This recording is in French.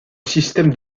système